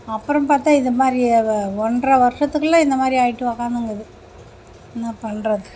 அப்புறம் பார்த்தா இது மாதிரி வ ஒன்றை வர்ஷத்துக்குள்ளே இந்த மாதிரி ஆயிட்டு உக்காந்துங்குது என்னா பண்ணுறது